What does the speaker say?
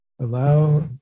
allow